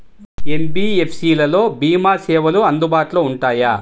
NBFC లలో భీమా సేవలు అందుబాటులో ఉంటాయా?